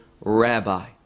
rabbi